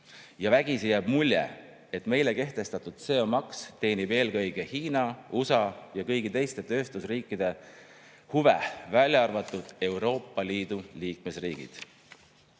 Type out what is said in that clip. Vägisi jääb mulje, et meile kehtestatud CO2-maks teenib eelkõige Hiina, USA ja kõigi teiste tööstusriikide huve, aga mitte Euroopa Liidu liikmesriikide.